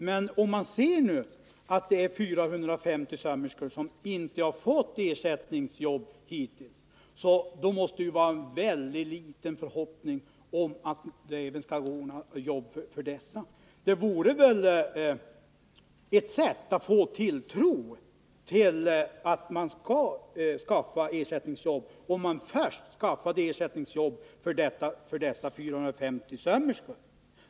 Men om man nu ser att det är 450 sömmerskor som inte fått ersättningsjobb hittills, så måste det ju vara väldigt små förhoppningar om att det skall gå att ordna jobb för dessa nya. Det vore väl ett sätt att skapa tilltro till att man skall skaffa ersättningsjobb, om man först skaffade ersättningsjobb för dessa 450 sömmerskor.